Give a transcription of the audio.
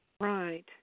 Right